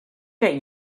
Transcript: get